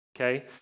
Okay